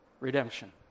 redemption